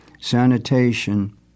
sanitation